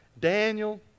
Daniel